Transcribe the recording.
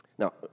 Now